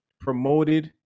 promoted